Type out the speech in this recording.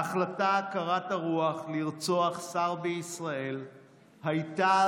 ההחלטה קרת הרוח לרצוח שר בישראל הייתה